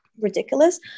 ridiculous